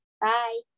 bye